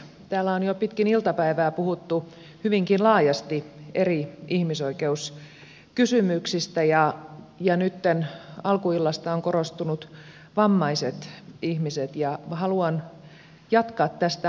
täällä on jo pitkin iltapäivää puhuttu hyvinkin laajasti eri ihmisoikeuskysymyksistä ja nytten alkuillasta ovat korostuneet vammaiset ihmiset ja minä haluan jatkaa tästä aiheesta